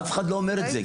אף אחד לא אומר את זה.